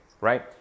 right